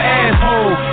asshole